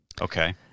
Okay